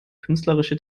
künstlerische